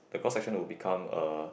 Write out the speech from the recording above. the cross section will become uh